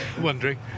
wondering